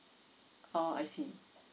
oh I see